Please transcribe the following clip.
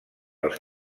els